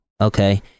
Okay